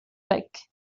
bec